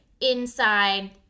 inside